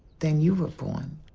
then you were born.